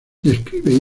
describe